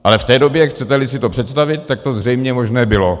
Ale v té době, chceteli si to představit, tak to zřejmě možné bylo.